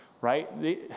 right